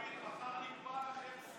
בנט ולפיד, חבל, נגמר לכם,